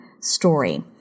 story